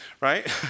right